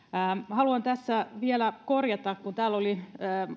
haluan tässä vielä korjata kun täällä